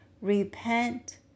Repent